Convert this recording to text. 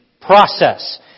process